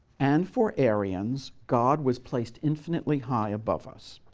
and for arians, god was placed infinitely high above us.